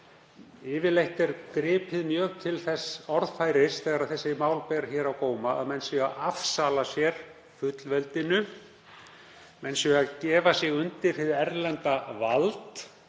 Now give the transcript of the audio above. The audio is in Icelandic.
Yfirleitt er gripið mjög til þess orðfæris, þegar þessi mál ber á góma, að menn séu að afsala sér fullveldinu, að menn séu að gefa sig undir hið erlenda vald